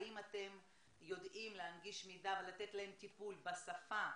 האם אתם יודעים להנגיש מידע ולתת להם טיפול בשפה